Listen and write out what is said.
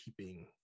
keeping